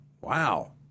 Wow